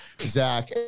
Zach